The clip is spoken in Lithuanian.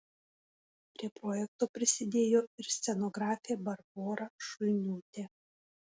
prie projekto prisidėjo ir scenografė barbora šulniūtė